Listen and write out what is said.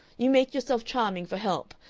you make yourself charming for help.